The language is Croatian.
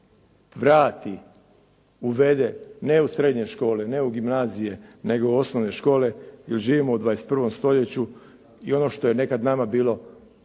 vrati, uvede ne u srednje škole, ne u gimnazije nego u osnovne škole. Jer živimo u 21. stoljeću i ono što je nekad nama bilo,